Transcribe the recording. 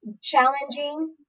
challenging